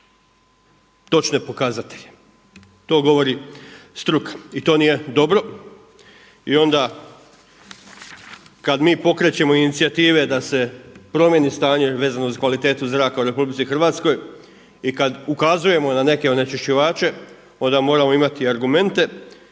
točne pokazatelje. To govori struka i to nije dobro. I onda kada mi pokrećemo inicijative da se promijeni stanje vezano uz kvalitetu zraka u RH i kada ukazujemo na neke onečišćivače onda moramo imati argumenta.